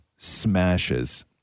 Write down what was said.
Smashes